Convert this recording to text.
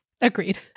Agreed